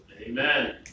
Amen